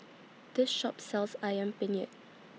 This Shop sells Ayam Penyet